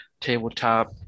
tabletop